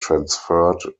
transferred